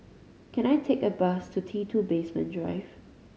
can I take a bus to T Two Basement Drive